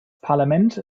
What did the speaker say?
parlament